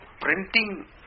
printing